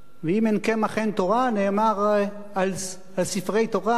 "אם אין קמח אין תורה", נאמר על ספרי תורה,